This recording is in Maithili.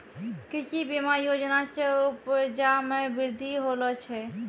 कृषि बीमा योजना से उपजा मे बृद्धि होलो छै